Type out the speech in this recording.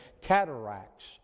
cataracts